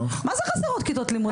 מה זה חסרות כיתות לימוד?